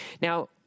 Now